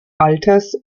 alters